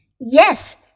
Yes